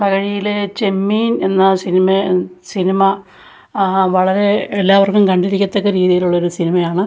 തകഴിയിലെ ചെമ്മീൻ എന്ന സിനിമേ സിനിമ വളരെ എല്ലാവർക്കും കണ്ടിരിക്കത്തക്ക രീതിയിലുള്ളൊരു സിനിമയാണ്